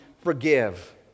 forgive